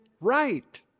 right